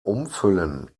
umfüllen